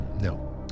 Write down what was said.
No